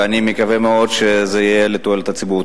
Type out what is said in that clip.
ואני מקווה מאוד שזה יהיה לתועלת הציבור.